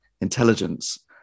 intelligence